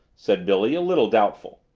said billy, a little doubtful.